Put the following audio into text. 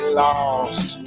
lost